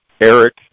Eric